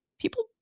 People